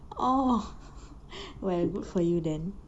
oh well good for you then